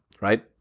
right